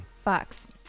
Fox